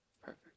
Perfect